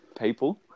people